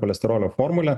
cholesterolio formulę